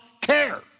care